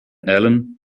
allen